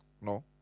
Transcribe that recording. no